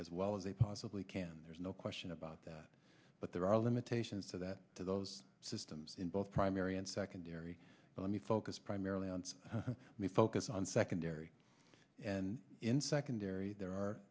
as well as they possibly can there's no question about that but there are limitations to that to those systems in both primary and secondary let me focus primarily on the focus on secondary and in secondary there are